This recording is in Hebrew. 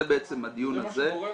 זה בעצם הדיון הזה- -- זה מה שגורם